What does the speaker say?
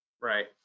Right